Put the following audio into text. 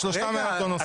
שלושתם היו באותו נושא.